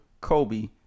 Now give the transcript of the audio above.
Kobe